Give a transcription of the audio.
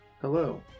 Hello